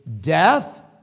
death